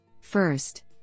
First